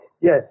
Yes